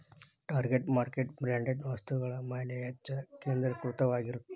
target market branded ವಸ್ತುಗಳ ಮ್ಯಾಲೆ ಹೆಚ್ಚ್ ಕೇಂದ್ರೇಕೃತವಾಗಿರತ್ತ